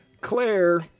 Claire